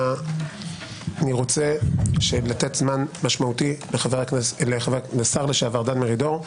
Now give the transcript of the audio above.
אני רוצה לתת זמן משמעותי לשר לשעבר דן מרידור.